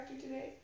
today